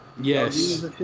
Yes